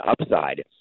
upside